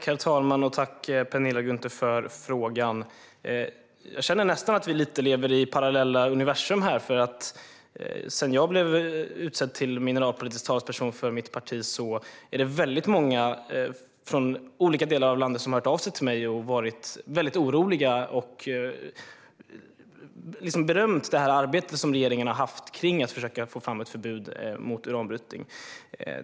Herr talman! Jag tackar Penilla Gunther för frågorna. Jag känner nästan att vi lever i parallella universum. Sedan jag blev utsedd till mineralpolitisk talesperson för mitt parti är det väldigt många personer från olika delar av landet som har hört av sig till mig, varit väldigt oroliga och berömt det arbete som regeringen gjort för att försöka få fram ett förbud mot uranbrytning.